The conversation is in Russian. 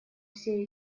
все